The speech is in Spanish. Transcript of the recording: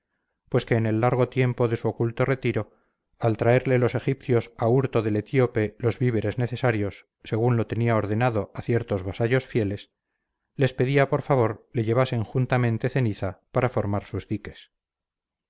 pues que en el largo tiempo de su oculto retiro al traerle los egipcios a hurto del etíope los víveres necesarios según lo tenía ordenado a ciertos vasallos fieles les pedía por favor le llevasen juntamente ceniza para formar sus diques